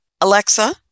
Alexa